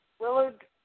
Willard